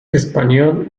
espanyol